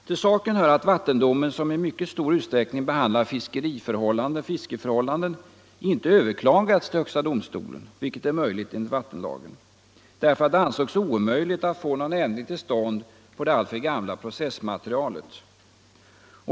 Till saken hör att vattendomen, som i mycket stor utsträckning behandlar fiskeförhållandena, inte överklagats till högsta domstolen, vilket är möjligt enligt vattenlagen, därför att det ansågs otänkbart att få någon ändring till stånd på det alltför gamla processmaterialet.